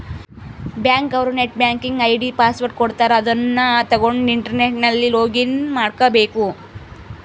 bank ಅವ್ರು net banking ID password ಕೊಡ್ತಾರ ಅದುನ್ನ ತಗೊಂಡ್ ಇಂಟರ್ನೆಟ್ ಅಲ್ಲಿ ಲೊಗಿನ್ ಮಾಡ್ಕಬೇಕು